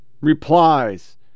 Replies